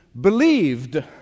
believed